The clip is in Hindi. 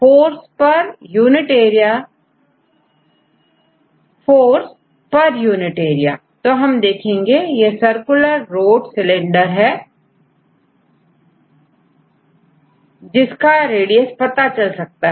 फोर्स पर यूनिट एरिया तो हम देखें यह सर्कुलर रोड सिलेंडर है जिसका रेडियस पता चल सकता है